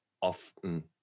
often